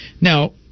Now